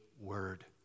word